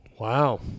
Wow